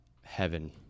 heaven